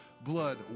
blood